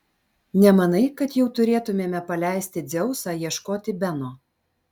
nemanai kad jau turėtumėme paleisti dzeusą ieškoti beno